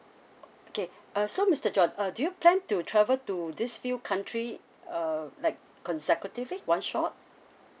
cape uh so is that your the uh do you plan to travel to these few country uh like consecutively one shot